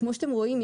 כמו שאתם רואים,